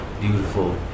beautiful